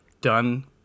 done